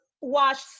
wash